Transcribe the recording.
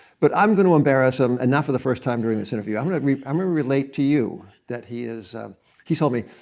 but i'm going to embarrass him, and not for the first time during this interview. i'm going to i mean relate to you that he is he's told me,